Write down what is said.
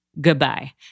Goodbye